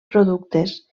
productes